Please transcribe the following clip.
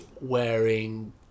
wearing